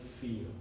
feel